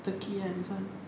turkey ah this one